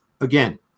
Again